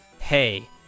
hey